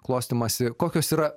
klostymąsi kokios yra